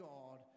God